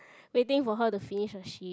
waiting for her to finish her shift